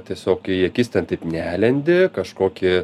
tiesiog į akis ten taip nelendi kažkokį